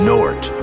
Nort